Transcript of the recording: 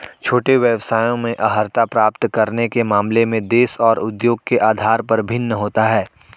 छोटे व्यवसायों में अर्हता प्राप्त करने के मामले में देश और उद्योग के आधार पर भिन्न होता है